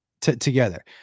together